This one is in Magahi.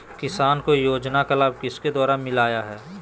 किसान को योजना का लाभ किसके द्वारा मिलाया है?